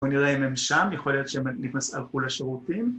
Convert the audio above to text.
בוא נראה אם הם שם, ‫יכול להיות שהם נכנס... הלכו לשירותים.